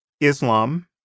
Islam